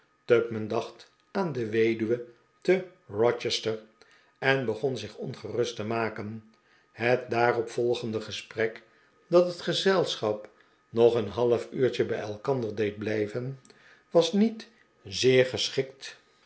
tupman dacht aan de weduwe te roches ter en begon zich ongerust te maken het daarop volgende gesprek dat het gezelschap nog een half uurtje bij elkander deed blijven was niet zeer geschikt